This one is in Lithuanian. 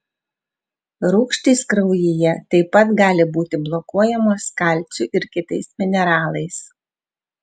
rūgštys kraujyje taip pat gali būti blokuojamos kalciu ir kitais mineralais